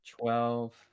Twelve